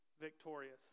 victorious